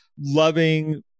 loving